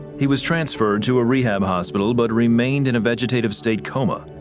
he was transferred to a rehab hospital but remained in a vegetative state coma.